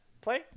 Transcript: Play